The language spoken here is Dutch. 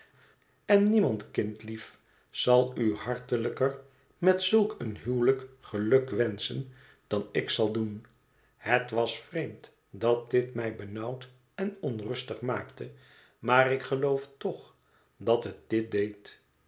en niemand kindlief zal u hartelijker met zulk een huwelijk geluk wenschen dan ik zal doen het was vreemd dat dit mij benauwd en onrustig maakte maar ik geloof toch dat het dit deed